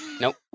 Nope